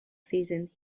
season